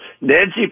Nancy